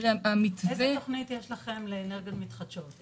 איזו תוכנית יש לכם לאנרגיות מתחדשות?